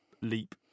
leap